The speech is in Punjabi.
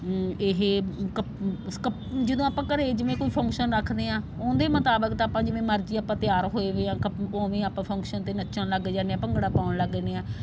ਇਹ ਕਪ ਕਪ ਜਦੋਂ ਆਪਾਂ ਘਰੇ ਜਿਵੇਂ ਕੋਈ ਫੰਕਸ਼ਨ ਰੱਖਦੇ ਹਾਂ ਉਹਦੇ ਮੁਤਾਬਿਕ ਤਾਂ ਆਪਾਂ ਜਿਵੇਂ ਮਰਜ਼ੀ ਆਪਾਂ ਤਿਆਰ ਹੋਏ ਵੇ ਆ ਉਵੇਂ ਆਪਾਂ ਫੰਕਸ਼ਨ 'ਤੇ ਨੱਚਣ ਲੱਗ ਜਾਨੇ ਆ ਭੰਗੜਾ ਪਾਉਣ ਲੱਗ ਜਾਨੇ ਆ